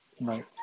Right